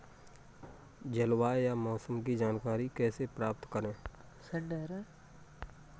जलवायु या मौसम की जानकारी कैसे प्राप्त करें?